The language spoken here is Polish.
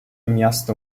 miasto